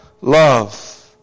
love